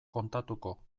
kontatuko